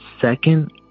second